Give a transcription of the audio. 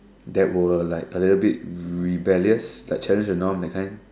that will like a little bit rebellious like challenge the norm that kind